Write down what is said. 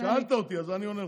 שאלת אותי, אז אני עונה לך.